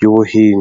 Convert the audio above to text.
y'ubuhinzi.